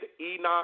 Enoch